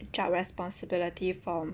job responsibility from